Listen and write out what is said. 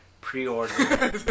pre-order